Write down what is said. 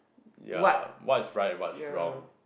ya what is right and what's wrong